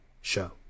show